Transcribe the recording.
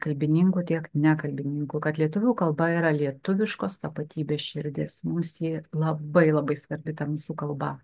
kalbininkų tiek nekalbininkų kad lietuvių kalba yra lietuviškos tapatybės širdis mums ji labai labai svarbi ta mūsų kalba